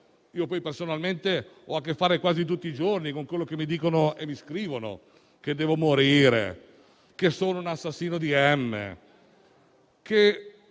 Io personalmente ho a che fare quasi tutti i giorni con quelli che mi dicono e mi scrivono che devo morire, che sono un "assassino di m...",